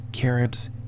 Caribs